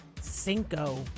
Cinco